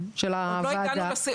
הסוגיה הזאת הייתה עולה שם.